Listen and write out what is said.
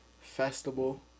festival